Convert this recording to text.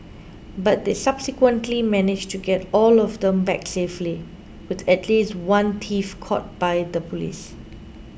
but they subsequently managed to get all of them back safely with at least one thief caught by the police